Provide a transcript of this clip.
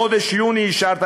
בחודש יוני אישרת,